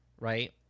right